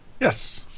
Yes